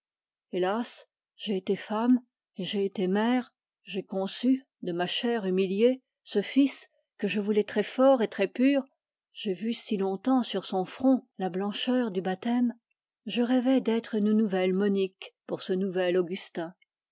hélas j'ai été femme et j'ai été mère j'ai conçu de ma chair humiliée ce fils que je voulais très fort et très pur j'ai vu si longtemps sur son front la blancheur du baptême je rêvais d'être une nouvelle monique pour ce nouvel augustin